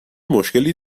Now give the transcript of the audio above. مشکلی